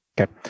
Okay